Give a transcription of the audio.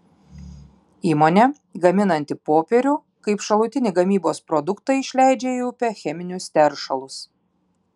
įmonė gaminanti popierių kaip šalutinį gamybos produktą išleidžia į upę cheminius teršalus